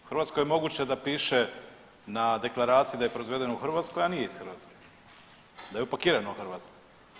U Hrvatskoj je moguće da piše na deklaraciji da je proizvedeno u Hrvatskoj, a nije iz Hrvatske, da je upakirano u Hrvatskoj.